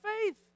faith